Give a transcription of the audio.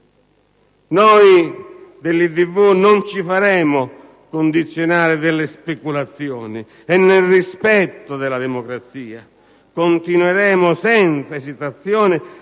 dei Valori non ci faremo condizionare dalle speculazioni e, nel rispetto della democrazia, continueremo senza esitazione